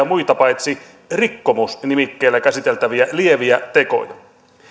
muita paitsi rikkomus nimikkeellä käsiteltäviä lieviä tekoja